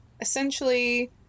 essentially